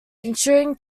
ensuring